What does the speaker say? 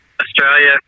Australia